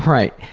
right.